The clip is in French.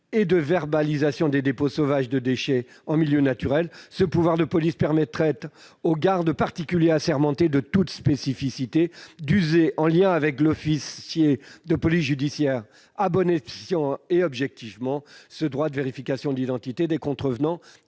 et de verbalisation des dépôts sauvages de déchets en milieu naturel, ce pouvoir de police permettrait aux gardes particuliers assermentés de toutes spécificités d'user, en lien avec l'officier de police judiciaire, à bon escient et objectivement, de ce droit de vérification d'identité des contrevenants